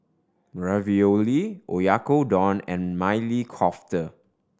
Ravioli Oyakodon and Maili Kofta